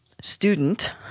student